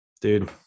Dude